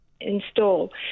install